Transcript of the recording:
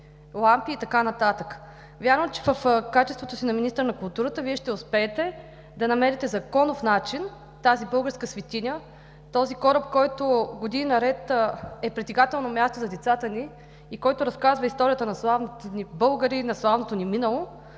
лампи и така нататък. Вярвам, че в качеството си на министър на културата Вие ще успеете да намерите законов начин тази българска светиня, този кораб, който години наред е притегателно място за децата ни, който разказва историята на славните ни българи и славното ни минало,